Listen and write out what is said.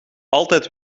altijd